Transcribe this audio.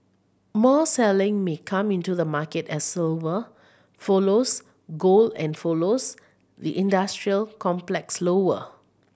more selling may come into the market as silver follows gold and follows the industrial complex lower